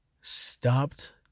Stopped